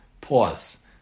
Pause